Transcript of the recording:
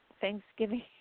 thanksgiving